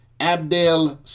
Abdel